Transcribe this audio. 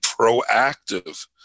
proactive